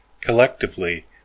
Collectively